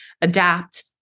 adapt